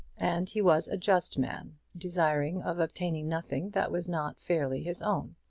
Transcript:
and he was a just man, desirous of obtaining nothing that was not fairly his own.